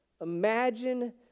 Imagine